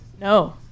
No